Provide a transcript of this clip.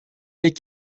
est